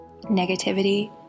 negativity